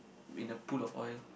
in a pool of oil